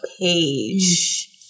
page